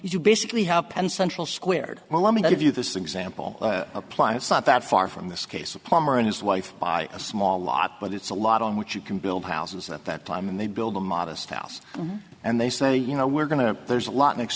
you basically have penned central squared well let me give you this example apply it's not that far from this case a plumber and his wife buy a small lot but it's a lot on which you can build houses at that time and they build a modest house and they say you know we're going to there's a lot next